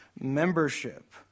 membership